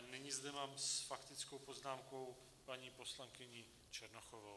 Nyní zde mám s faktickou poznámkou paní poslankyni Černochovou.